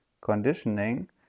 conditioning